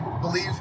believe